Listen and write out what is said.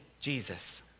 Jesus